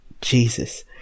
Jesus